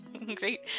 Great